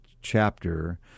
chapter